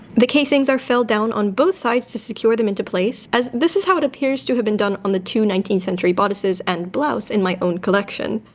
the casings are fell down on both sides to secure them into place as this is how it appears to have been done on the two nineteenth century bodices and blouse in my own collection.